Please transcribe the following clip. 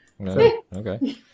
Okay